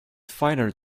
fighter